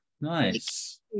Nice